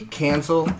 cancel